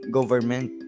Government